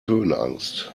höhenangst